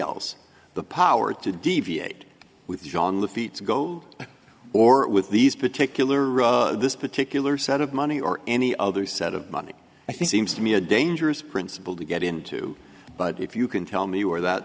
else the power to deviate with john the feets go or with these particular this particular set of money or any other set of money i think seems to me a dangerous principle to get into but if you can tell me where that